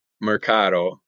mercado